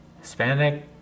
Hispanic